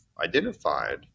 identified